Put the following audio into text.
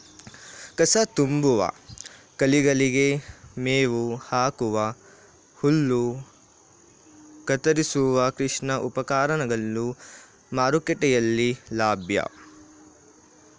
ಕಸ ತುಂಬುವ, ಕೋಳಿಗಳಿಗೆ ಮೇವು ಹಾಕುವ, ಹುಲ್ಲು ಕತ್ತರಿಸುವ ಕೃಷಿ ಉಪಕರಣಗಳು ಮಾರುಕಟ್ಟೆಯಲ್ಲಿ ಲಭ್ಯ